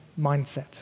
mindset